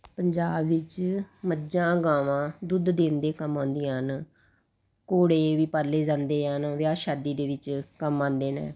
ਪੰਜਾਬ ਵਿੱਚ ਮੱਝਾਂ ਗਾਵਾਂ ਦੁੱਧ ਦੇਣ ਦੇ ਕੰਮ ਆਉਂਦੀਆਂ ਹਨ ਘੋੜੇ ਵੀ ਪਾਲੇ ਜਾਂਦੇ ਹਨ ਵਿਆਹ ਸ਼ਾਦੀ ਦੇ ਵਿੱਚ ਕੰਮ ਆਉਂਦੇ ਨੇ